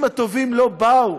האנשים הטובים לא באו.